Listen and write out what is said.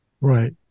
Right